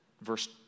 verse